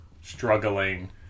struggling